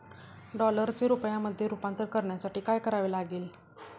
डॉलरचे रुपयामध्ये रूपांतर करण्यासाठी काय करावे लागेल?